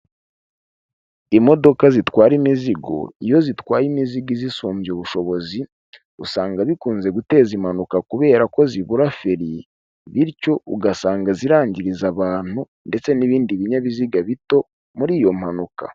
Imodoka zitwara imizigo, iyo zitwaye imizigo izisumbya ubushobozi, usanga bikunze guteza impanuka kubera ko zibura feri, bityo ugasanga zirangiriza abantu ndetse n'ibindi binyabiziga bito muri iyo mpanuka.